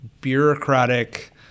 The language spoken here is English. bureaucratic